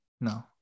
no